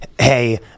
Hey